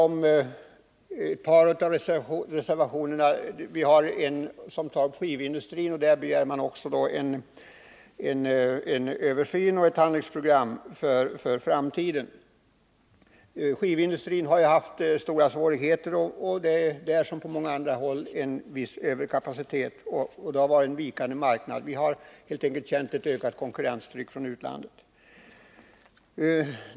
I en av reservationerna tar man upp skivindustrin och begär en översyn och ett handlingsprogram inför framtiden. Skivindustrin har ju haft stora svårigheter. Det råder där som på många andra håll en viss överkapacitet. Marknaden har varit vikande. Man har helt enkelt känt ett ökat konkurrenstryck från utlandet.